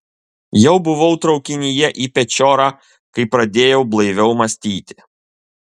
jau buvau traukinyje į pečiorą kai pradėjau blaiviau mąstyti